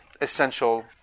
essential